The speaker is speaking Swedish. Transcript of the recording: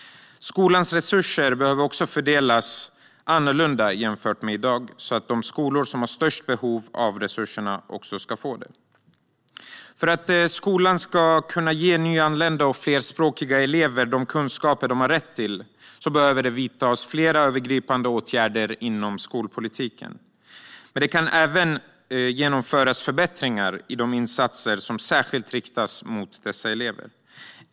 Skolans resurser behöver också fördelas annorlunda jämfört med i dag, så att de skolor som har störst behov av resurser också ska få det. För att skolan ska kunna ge nyanlända och flerspråkiga elever de kunskaper de har rätt till behöver flera övergripande åtgärder inom skolpolitiken vidtas, men man kan även genomföra förbättringar i de insatser som särskilt riktas till dessa elever.